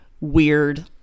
weird